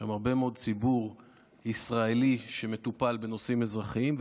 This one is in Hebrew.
יש שם הרבה מאוד ציבור ישראלי שמטופל בנושאים אזרחיים,